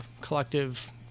collective